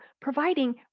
providing